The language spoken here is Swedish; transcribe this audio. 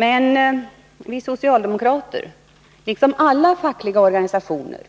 Men vi socialdemokrater var liksom alla fackliga organisationer